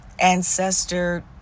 ancestor